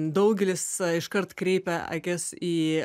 daugelis iškart kreipia akis į